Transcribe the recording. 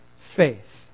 faith